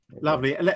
lovely